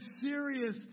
serious